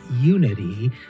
unity